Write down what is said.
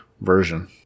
version